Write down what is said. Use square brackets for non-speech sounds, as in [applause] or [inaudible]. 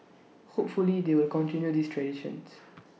hopefully they will continue this traditions [noise]